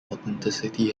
authenticity